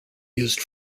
used